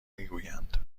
میگویند